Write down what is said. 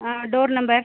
door number